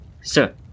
Sir